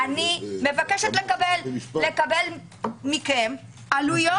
אני מבקשת לקבל מכם עלויות,